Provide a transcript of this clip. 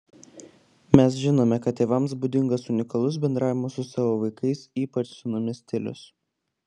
mes žinome kad tėvams būdingas unikalus bendravimo su savo vaikais ypač sūnumis stilius